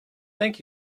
thank